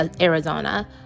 Arizona